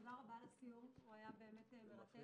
תודה רבה על הסיור, הוא היה באמת מרתק.